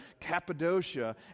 Cappadocia